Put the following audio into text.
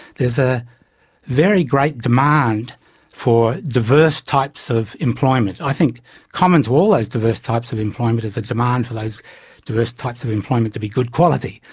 there's a very great demand for diverse types of employment. i think common to all those diverse types of employment is a demand for those diverse types of employment to be good quality,